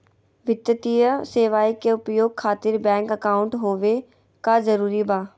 वित्तीय सेवाएं के उपयोग खातिर बैंक अकाउंट होबे का जरूरी बा?